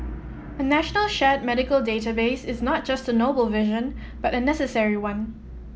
a national shared medical database is not just a noble vision but a necessary one